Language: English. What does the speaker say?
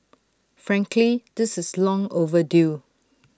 frankly this is long overdue